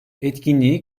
etkinliği